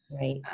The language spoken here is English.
Right